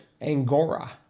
Angora